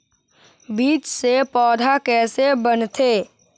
बीज से पौधा कैसे बनथे?